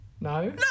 no